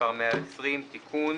מספר 120, תיקון.